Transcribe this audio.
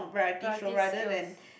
variety skills